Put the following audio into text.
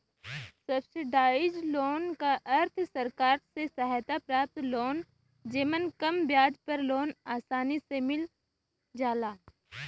subsidised loan क अर्थ सरकार से सहायता प्राप्त लोन जेमन कम ब्याज पर लोन आसानी से मिल जाला